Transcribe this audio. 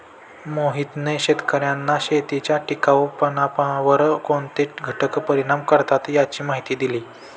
मोहितने शेतकर्यांना शेतीच्या टिकाऊपणावर कोणते घटक परिणाम करतात याची माहिती दिली